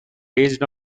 based